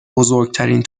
بزرگترین